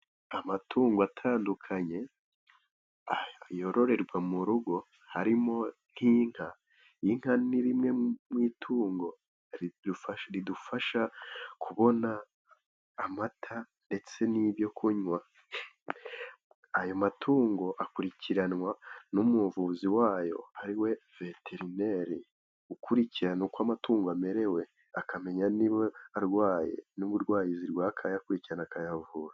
Amatungo atandukanye yororerwa mu rugo harimo nk'inka. Inka ni rimwe mu itungo ridufasha kubona amata ndetse n'ibyo kunywa, ayo matungo akurikiranwa n'umuvuzi wayo ari we veterineri ukurikirana uko amatungo amerewe, akamenya niba arwaye n'uburwayi arwaye akayakurikirana akayavura.